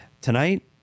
tonight